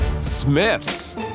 Smith's